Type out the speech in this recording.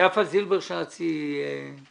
יפה זילבר שץ, היא פרטנר?